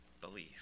believe